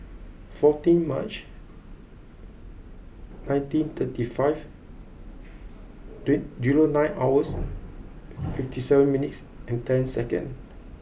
fourteen March nineteen thirty five nine hours fifty seven minutes and ten second